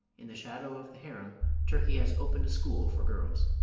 in the shadow of the harem turkey has opened a school for girls.